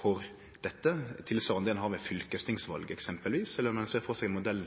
for dette, tilsvarande det ein har ved fylkestingsval eksempelvis, eller om ein ser for seg ein modell